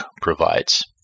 provides